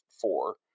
four